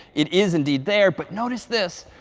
it is indeed there, but notice this.